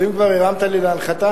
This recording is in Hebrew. אבל אם כבר הרמת לי להנחתה,